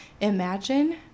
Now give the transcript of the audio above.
imagine